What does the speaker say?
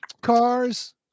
cars